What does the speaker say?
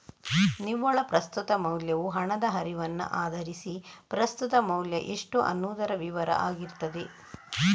ನಿವ್ವಳ ಪ್ರಸ್ತುತ ಮೌಲ್ಯವು ಹಣದ ಹರಿವನ್ನ ಆಧರಿಸಿ ಪ್ರಸ್ತುತ ಮೌಲ್ಯ ಎಷ್ಟು ಅನ್ನುದರ ವಿವರ ಆಗಿರ್ತದೆ